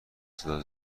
صدا